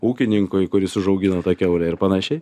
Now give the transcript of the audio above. ūkininkui kuris užaugino tą kiaulę ir panašiai